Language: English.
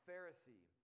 Pharisee